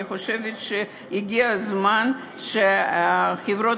אני חושבת שהגיע הזמן למחוק את חברות